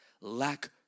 lack